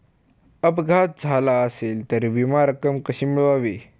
अपघात झाला असेल तर विमा रक्कम कशी मिळवावी?